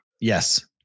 Yes